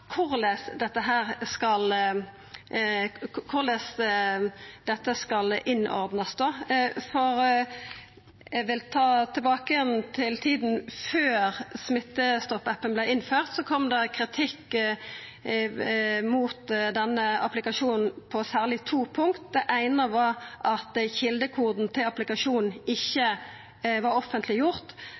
korleis dette skal innordnast. Eg vil tilbake til tida før Smittestopp-appen vart innført. Da kom det kritikk mot denne applikasjonen på særleg to punkt. Det eine var at kjeldekoden til applikasjonen ikkje var